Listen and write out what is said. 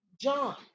John